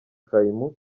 kaymu